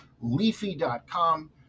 leafy.com